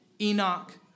Enoch